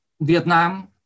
Vietnam